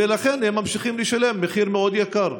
ולכן הם ממשיכים לשלם מחיר מאוד יקר.